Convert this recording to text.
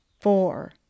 four